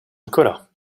nicolas